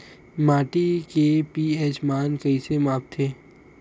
माटी के पी.एच मान कइसे मापथे?